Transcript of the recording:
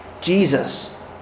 Jesus